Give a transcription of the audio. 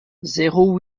zéro